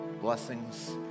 blessings